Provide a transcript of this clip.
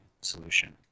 solution